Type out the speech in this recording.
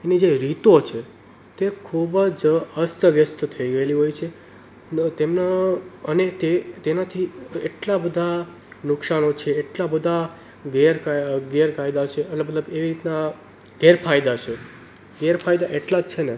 એની જે રીતો છે તે ખૂબ જ અસ્ત વ્યસ્ત થઈ ગએલી હોય છે અને તેમનો અને તે તેનાથી એટલા બધા નુકસાનો છે એટલા બધા ગેરકાયદા છે અને મતલબ એ રીતના ગેરફાયદા છે ગેરફાયદા એટલા છે ને